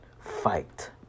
fight